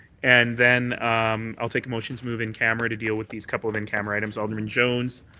and then i'll take a motion to move in camera to deal with these couple of in-camera items. alderman jones,